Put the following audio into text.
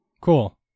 Cool